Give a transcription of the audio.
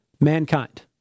mankind